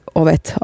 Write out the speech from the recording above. ovet